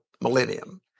millennium